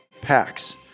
packs